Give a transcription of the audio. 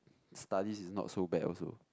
studies is not so bad also